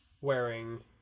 wearing